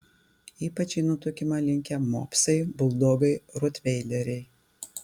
ypač į nutukimą linkę mopsai buldogai rotveileriai